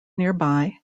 nearby